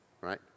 right